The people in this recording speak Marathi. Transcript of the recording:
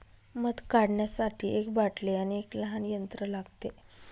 मध काढण्यासाठी एक बाटली आणि एक लहान यंत्र लागते